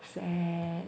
sad